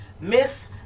Miss